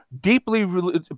deeply